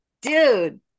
Dude